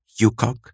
Yukok